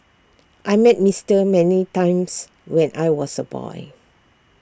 I met Mister many times when I was A boy